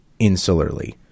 insularly